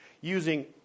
using